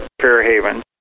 Fairhaven